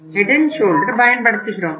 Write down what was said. Head and Shoulder பயன்படுத்துகிறோம்